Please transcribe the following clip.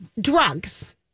drugs